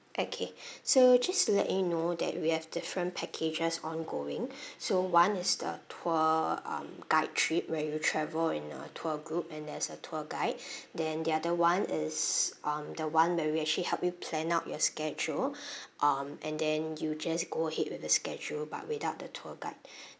okay so just to let you know that we have different packages ongoing so one is the tour um guide trip where you'll travel in a tour group and there's a tour guide then the other [one] is um the one where we actually help you plan out your schedule um and then you just go ahead with the schedule but without the tour guide